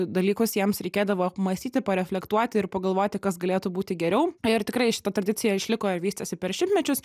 dalykus jiems reikėdavo apmąstyti pareflektuoti ir pagalvoti kas galėtų būti geriau ir tikrai šita tradicija išliko ir vystėsi per šimtmečius